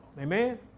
amen